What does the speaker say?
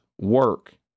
work